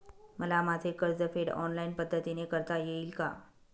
मला माझे कर्जफेड ऑनलाइन पद्धतीने करता येईल का?